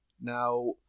now